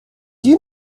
you